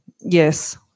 Yes